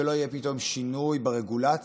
שלא יהיה פתאום שינוי ברגולציה,